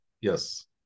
Yes